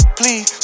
please